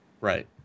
Right